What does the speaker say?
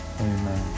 amen